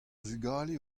vugale